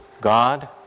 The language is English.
God